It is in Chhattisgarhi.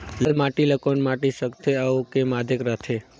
लाल माटी ला कौन माटी सकथे अउ के माधेक राथे?